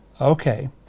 Okay